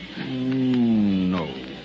No